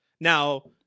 Now